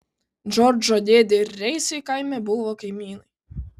džordžo dėdė ir reisai kaime buvo kaimynai